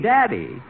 Daddy